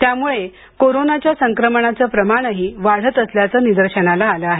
त्यामुळं कोरोनाच्या संक्रमणाचं प्रमाणही वाढत असल्याचं निदर्शनास आलं आहे